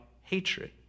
hatred